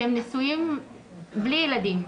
הם נשואים בלי ילדים.